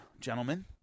gentlemen